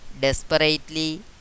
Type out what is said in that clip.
desperately